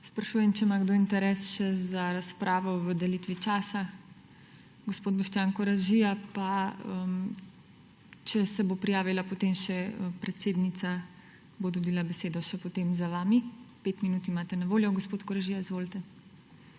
Sprašujem, če ima kdo interes še za razpravo v delitvi časa. Gospod Boštjan Koražija. Če se bo prijavila potem še predsednica, bo dobila besedo še potem za vami. Gospod Koražija, 5 minut